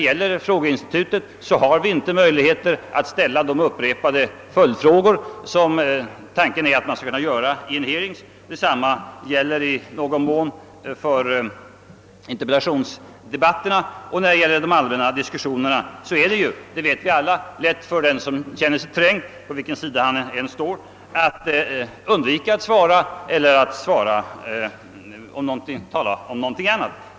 Inom frågeinstitutets ram har vi inte möjligheter att ställa de upprepade följdfrågor som är det kännetecknande vid hearings. Detsamma gäller i någon mån för interpellationsdebatterna och de allmänna diskussionerna. Alla vet att det i dessa är lätt för den som är trängd — på vilken sida vederbörande än står — att undvika att svara på framställda frågor t.ex. genom att tala om något annat.